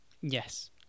yes